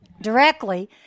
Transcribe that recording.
directly